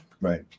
right